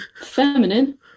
feminine